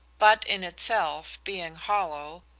but in itself, being hollow,